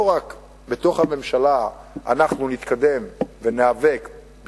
שאנחנו נתקדם וניאבק לא רק בתוך הממשלה,